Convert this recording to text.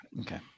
Okay